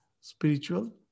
spiritual